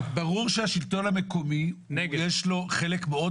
ברור שלשלטון המקומי יש חלק מאוד